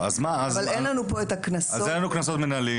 אבל אין לנו פה את הקנסות --- אז אין לנו קנסות מינהליים.